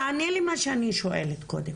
תענה למה שאני שואלת קודם.